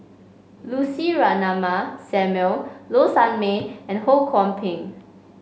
Lucy Ratnammah Samuel Low Sanmay and Ho Kwon Ping